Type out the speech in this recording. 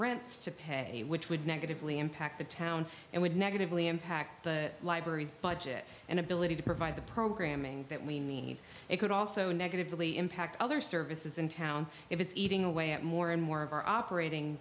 rents to pay which would negatively impact the town and would negatively impact the libraries budget and ability to provide the programming that we need it could also negatively impact other services in town if it's eating away at more and more of our operating